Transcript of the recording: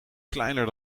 kleiner